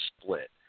split